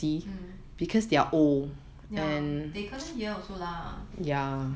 hmm ya they couldn't hear also lah